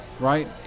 Right